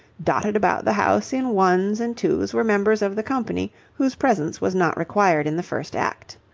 dotted about the house in ones and twos were members of the company whose presence was not required in the first act.